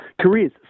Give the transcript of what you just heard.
careers